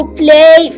play